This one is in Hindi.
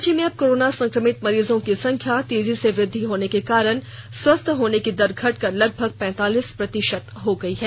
राज्य में अब कोरोना संक्रमित मरीजों की संख्या में तेजी से वृद्वि होने को कारण स्वस्थ होने की दर घटकर लगभग पैंतालीस प्रतिशत हो गयी है